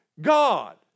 God